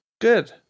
good